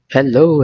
Hello